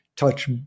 Touch